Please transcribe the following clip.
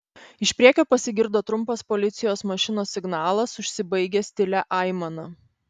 iš priekio pasigirdo trumpas policijos mašinos signalas užsibaigęs tylia aimana